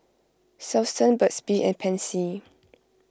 Selsun Burt's Bee and Pansy